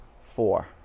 four